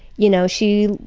you know, she